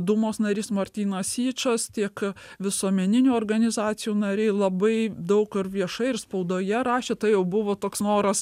dūmos narys martynas yčas tiek visuomeninių organizacijų nariai labai daug kur viešai ir spaudoje rašė tai jau buvo toks noras